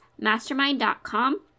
mastermind.com